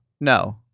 No